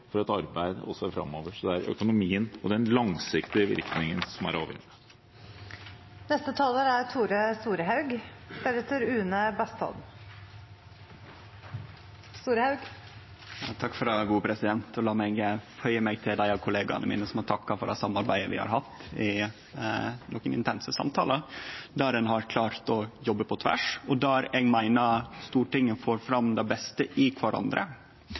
for arbeid framover. Det er økonomien og den langsiktige virkningen som er avgjørende. La meg slutte meg til dei av kollegaene mine som har takka for det samarbeidet vi har hatt, med nokre intense samtalar der ein har klart å jobbe på tvers, og der eg meiner vi i Stortinget har fått fram det beste i kvarandre.